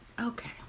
Okay